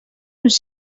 uns